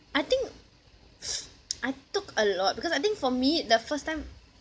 I think I took a lot because I think for me the first time